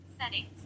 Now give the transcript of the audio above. settings